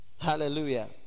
Hallelujah